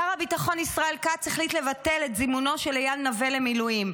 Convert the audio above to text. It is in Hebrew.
שר הביטחון ישראל כץ החליט לבטל את זימונו של איל נוה למילואים.